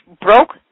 broke